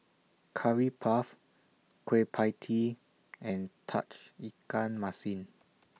Curry Puff Kueh PIE Tee and Tauge Ikan Masin